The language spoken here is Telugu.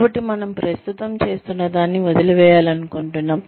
కాబట్టి మనము ప్రస్తుతం చేస్తున్నదాన్ని వదిలివేయాలనుకుంటున్నాము